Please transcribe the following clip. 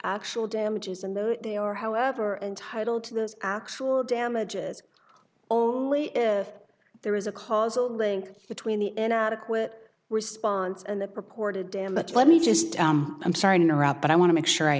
actual damages and they are however entitled to the actual damages only if there is a causal link between the inadequate response and the purported damage let me just i'm sorry to interrupt but i want to make sure i